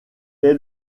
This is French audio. est